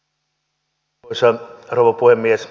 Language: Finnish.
arvoisa rouva puhemies